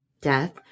death